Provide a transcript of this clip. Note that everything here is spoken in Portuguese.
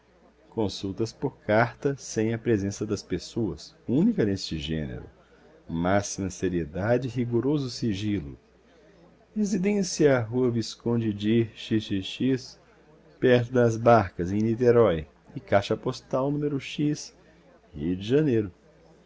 consultas por carta sem a presença das pessoas única neste gênero máxima seriedade e rigoroso sigilo residência à rua visconde de xxx perto das barcas em niterói e caixa postal número x rio de janeiro